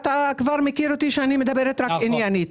אתה כבר מכיר אותי שאני מדברת רק עניינית.